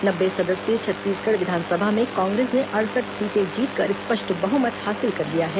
नब्बे सदस्यीय छत्तीसगढ़ विधानसभा में कांग्रेस ने अड़सठ सीटें जीतकर स्पष्ट बहुमत हासिल कर लिया है